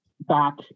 back